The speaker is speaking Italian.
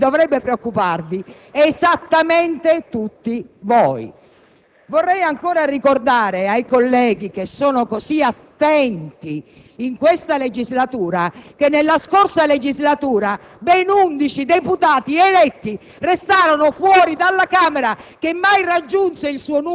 È un'accusa che conosciamo dall'inizio della legislatura; la conosciamo per quanto riguarda i colleghi che sono stati eletti in questo Paese sul territorio nazionale e la Giunta delle elezioni ha provveduto, con un lavoro attentissimo, a sbugiardare questa menzogna!